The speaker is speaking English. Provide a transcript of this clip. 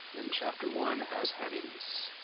then chapter one has headings.